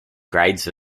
grades